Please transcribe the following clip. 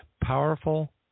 Powerful